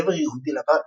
גבר יהודי לבן,